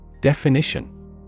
Definition